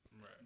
Right